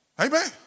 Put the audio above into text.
Amen